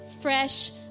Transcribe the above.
fresh